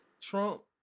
Trump